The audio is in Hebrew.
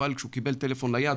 אבל כשהוא קיבל טלפון נייד,